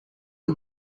are